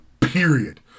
period